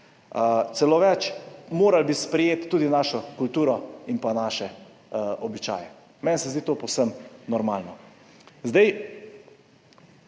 Celo več, morali bi sprejeti tudi našo kulturo in naše običaje. Meni se zdi to povsem normalno. Vsled